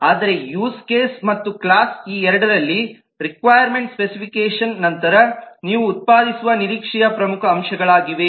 ಆದರೆ use case ಮತ್ತು class ಈ 2 ರಲ್ಲಿ ರಿಕ್ವಾಯ್ರ್ಮೆಂಟ್ ಸ್ಪೆಸಿಫಿಕೇಷನ್ ನಂತರ ನೀವು ಉತ್ಪಾದಿಸುವ ನಿರೀಕ್ಷೆಯ ಪ್ರಮುಖ ಅಂಶಗಳಾಗಿವೆ